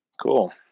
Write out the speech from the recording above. cool